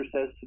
says